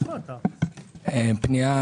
הפנייה